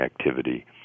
activity